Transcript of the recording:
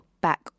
back